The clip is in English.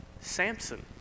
Samson